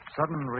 sudden